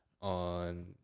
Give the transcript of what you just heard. on